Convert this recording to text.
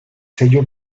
sello